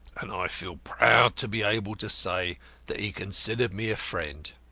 and i feel proud to be able to say that he considered me a friend.